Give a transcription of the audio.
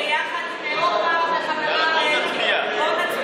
אנחנו בהצבעה, אלה דברים